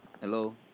Hello